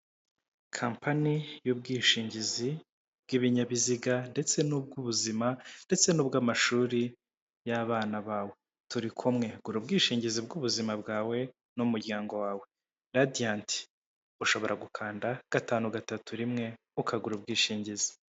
Kampani y'ubwishingizi bw'ibinyabiziga ndetse n'ubw'ubuzima ndetse n'ubw'amashuri y'abana bawe, turi kumwe gura ubwishingizi bw'ubuzima bwawe n'umuryango wawe radiyanti ushobora gukanda gatanu gatatu rimwe ukagura ubwishingizi.